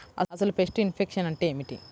అసలు pest infection అంటే ఏమిటి?